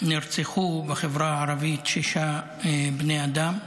נרצחו בחברה הערבית שישה בני אדם,